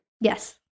Yes